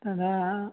तदा